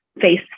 face